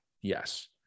Yes